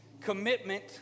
Commitment